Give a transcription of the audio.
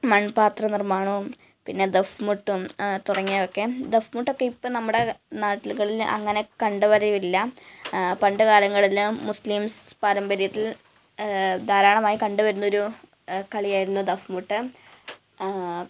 മണ് പാത്രനിര്മ്മാണവും പിന്നെ ദഫ്മുട്ടും തുടങ്ങിയവയൊക്കെ ദഫ്മുട്ടൊക്കെ ഇപ്പം നമ്മുടെ നാടുകളിൽ അങ്ങനെ കണ്ടുവരവില്ല പണ്ടുകാലങ്ങളിലെല്ലാം മുസ്ലിംസ് പാരമ്പര്യത്തില് ധാരാളമായി കണ്ടുവരുന്ന ഒരു കളിയായിരുന്നു ദഫ്മുട്ട്